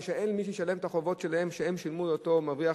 מפני שאין מי שישלם את החובות שלהם שהם שילמו לאותו מבריח,